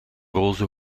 roze